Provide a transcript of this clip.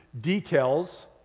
details